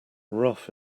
rough